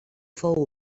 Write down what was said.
fou